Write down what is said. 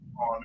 on